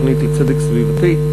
התוכנית לצדק סביבתי,